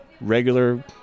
regular